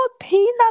peanut